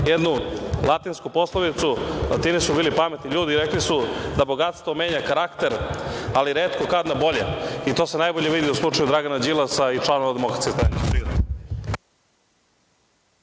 jednu latinsku poslovicu, Latini su bili pametni ljudi i rekli su - bogatstvo menja karakter, ali retko kad na bolje. To se najbolje vidi u slučaju Dragana Đilasa i članova DS.